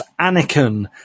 Anakin